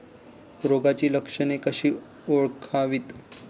रोगाची लक्षणे कशी ओळखावीत?